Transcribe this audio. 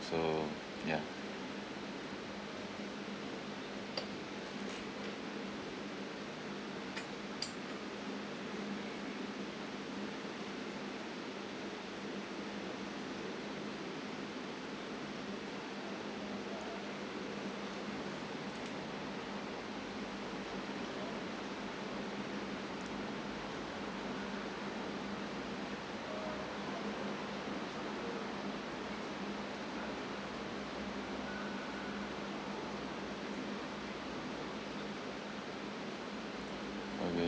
so ya okay